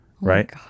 Right